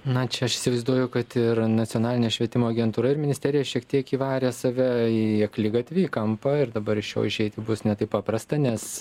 na čia aš įsivaizduoju kad ir nacionalinė švietimo agentūra ir ministerija šiek tiek įvarė save į akligatvį į kampą ir dabar iš jo išeiti bus ne taip paprasta nes